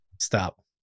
stop